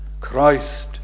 Christ